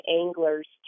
anglers